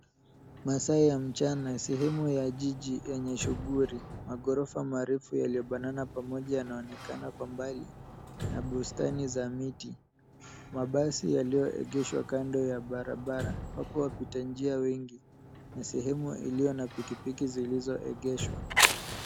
Masaa ya mchana. Sehemu ya jiji yana shughuli . Maghorofa marefu yaliyobanana pamoja yanaonekana kwa mbali na bustani za miti. Mabasi yaliyoegeshwa kando ya barabara. Wapo wapita njia wengi na sehemu iliyo na pikipiki iliyoegeshwa.